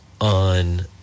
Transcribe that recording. on